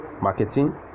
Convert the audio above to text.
marketing